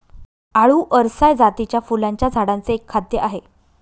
आळु अरसाय जातीच्या फुलांच्या झाडांचे एक खाद्य आहे